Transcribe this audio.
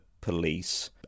Police